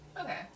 Okay